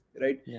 Right